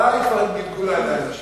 די כבר עם גלגול העיניים לשמים.